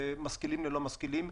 בין משכילים ללא משכילים,